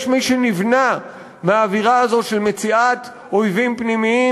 יש מי שנבנה מהאווירה הזו של מציאת אויבים פנימיים